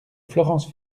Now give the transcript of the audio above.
florence